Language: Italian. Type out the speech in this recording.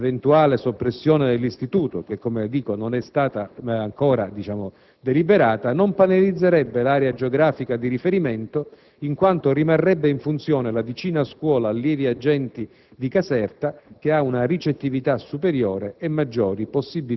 Ritengo infine opportuno precisare che l'eventuale soppressione dell'istituto, che - ripeto - non è ancora stata deliberata, non penalizzerebbe l'area geografica di riferimento, in quanto rimarrebbe in funzione la vicina Scuola allievi agenti di Caserta,